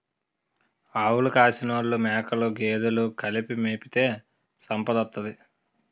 ఆవులు కాసినోలు మేకలు గేదెలు కలిపి మేపితే సంపదోత్తది